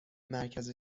مرکز